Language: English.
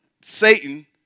Satan